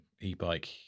e-bike